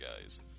guys